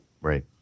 Right